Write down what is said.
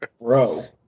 Bro